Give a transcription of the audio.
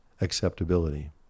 acceptability